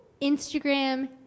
Instagram